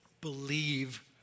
believe